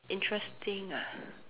interesting ah